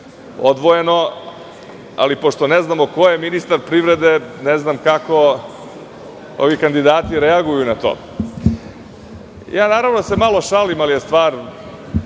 odvojeno. Ali, pošto ne znamo ko je ministar privrede ne znam kako ovi kandidati reaguju na to. Naravno, malo se šalim, ali je stvar